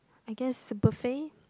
I guess is a buffet